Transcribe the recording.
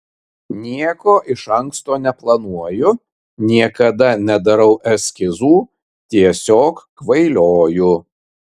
nieko iš anksto neplanuoju niekada nedarau eskizų tiesiog kvailioju